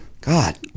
god